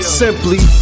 simply